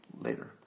later